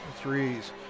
threes